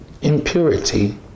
impurity